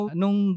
nung